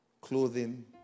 clothing